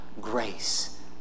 grace